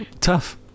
Tough